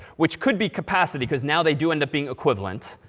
which could be capacity. because now they do end up being equivalent.